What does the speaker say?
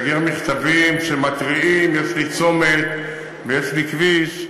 מכתבים שמתריעים, יש לי צומת ויש לי כביש,